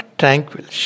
tranquil